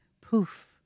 poof